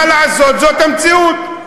מה לעשות, זאת המציאות.